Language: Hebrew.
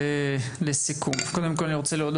אני רוצה להודות למציעים- חבר הכנסת רביבו